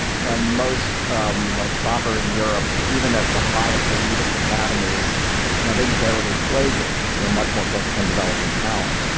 you know most um like soccer in europe even at the highest elitist academies you know they barely play games. they're much more focused on developing talent.